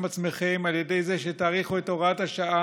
עם עצמכם על ידי זה שתאריכו את הוראת השעה,